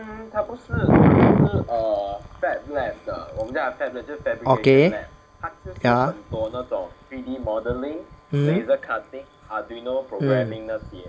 okay ya hmm mm